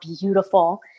beautiful